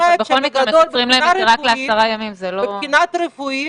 מבחינה רפואית